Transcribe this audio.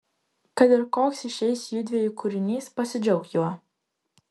kad ir koks išeis judviejų kūrinys pasidžiauk juo